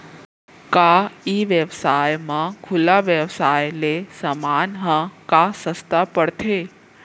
का ई व्यवसाय म खुला व्यवसाय ले समान ह का सस्ता पढ़थे?